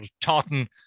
tartan